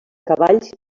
cavalls